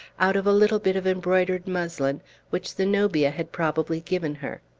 out of a little bit of embroidered muslin which zenobia had probably given her.